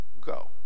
go